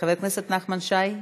חבר הכנסת נחמן שי,